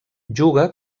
juga